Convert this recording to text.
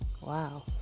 Wow